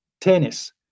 tennis